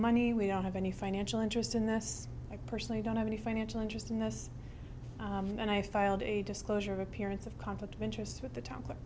money we don't have any financial interest in this i personally don't have any financial interest in this and i filed a disclosure of appearance of conflict of interest with the